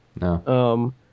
No